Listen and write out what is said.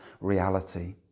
reality